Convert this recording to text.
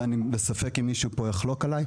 ואני בספק אם מישהו פה יחלוק עליי,